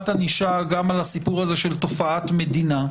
ענישה גם על הסיפור הזה של תופעת מדינה,